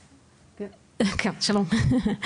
שלום.